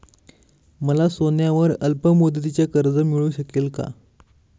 मला सोन्यावर अल्पमुदतीचे कर्ज मिळू शकेल का?